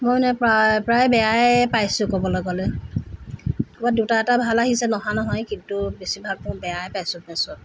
মই মানে প্ৰায় প্ৰায় বেয়ায়ে পাইছোঁ ক'বলৈ গ'লে ক'ৰবাত দুটা এটা ভাল আহিছে নহা নহয় কিন্তু বেছিভাগ মই বেয়াই পাইছোঁ পাছত